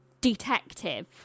detective